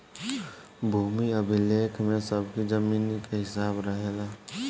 भूमि अभिलेख में सबकी जमीनी के हिसाब रहेला